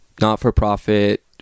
not-for-profit